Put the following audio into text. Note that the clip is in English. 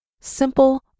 simple